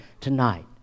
tonight